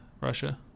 Russia